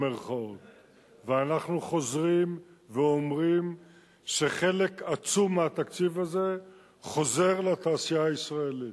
ואנחנו חוזרים ואומרים שחלק עצום מהתקציב הזה חוזר לתעשייה הישראלית.